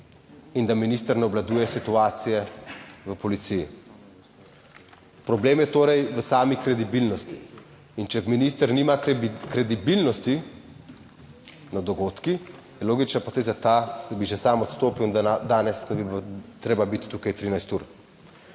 in da minister ne obvladuje situacije v policiji. Problem je torej v sami kredibilnosti. In če minister nima kredibilnosti nad dogodki, je logična poteza ta, da bi že sam odstopil in dandanes ne bi bilo treba biti tukaj 13 ur.